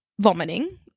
vomiting